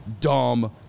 dumb